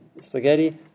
spaghetti